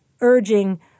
urging